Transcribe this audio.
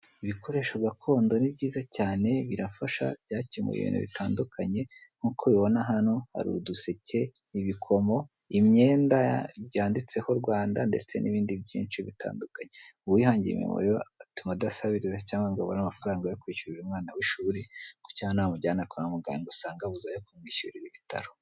Ibikoresho gakondo ni byiza cyane birafasha, byakemuye ibintu byinsi bitandukane, nk'uko mubibona haho, hari: uduseke, ibikomo, imyeda, byanditseho Rwanda, ndetse n'ibindi byinshi bitanduhanye. Uwihangiye imirimi rero bituma adasabiriza cyangwa ngo abure amafaranga yo kishyurira umwana we ishuri, ngo cyangwa namujyama kwa muganga usange abuze ayo kumwishyurira ibitaro.